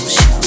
Show